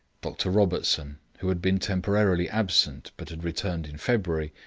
dr. robertson, who had been temporarily absent, but had returned in february,